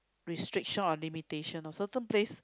restriction or limitation loh certain place